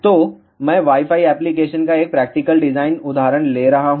तो मैं wifi application का एक प्रैक्टिकल डिजाइन उदाहरण ले रहा हूं